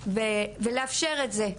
בטח לאפשר את זה.